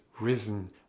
risen